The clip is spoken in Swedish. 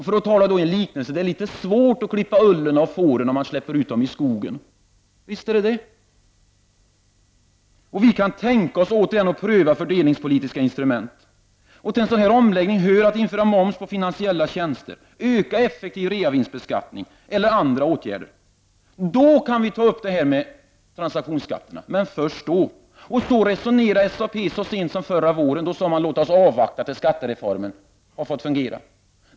För att tala i en liknelse: Det är svårt att klippa ullen av fåren, när man släpper ut dem i skogen. Visst är det så. Vi kan tänka oss återigen att pröva fördelningspolitiska instrument, att införa moms på finansiella tjänster, att göra reavinstbeskattningen mera effektiv eller vidta andra åtgärder. Då kan vi ta upp det här med transaktionsskatterna, men först då, och så resonerade SAP så sent som förra våren. Då sade man: Låt oss avvakta till dess skattereformen har börjat fungera.